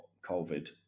COVID